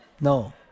No